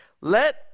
let